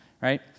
right